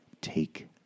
take